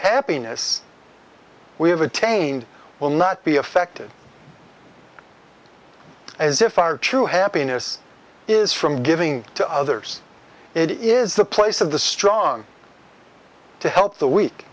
happiness we have attained will not be affected as if our true happiness is from giving to others it is the place of the strong to help the we